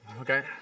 Okay